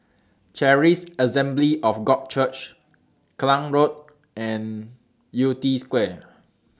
Charis Assembly of God Church Klang Road and Yew Tee Square